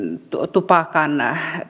tupakan